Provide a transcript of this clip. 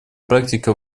практика